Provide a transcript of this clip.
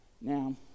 Now